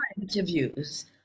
interviews